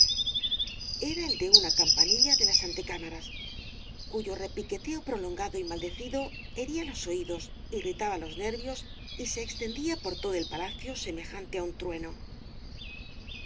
era el de una campanilla de las antecámaras cuyo repiqueteo prolongado y maldecido hería los oídos irritaba los nervios y se extendía por todo el palacio semejante á un trueno